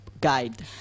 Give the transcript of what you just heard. guide